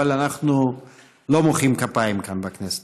אבל אנחנו לא מוחאים כפיים כאן בכנסת.